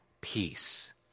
peace